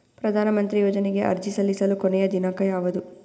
ಪ್ರಧಾನ ಮಂತ್ರಿ ಯೋಜನೆಗೆ ಅರ್ಜಿ ಸಲ್ಲಿಸಲು ಕೊನೆಯ ದಿನಾಂಕ ಯಾವದು?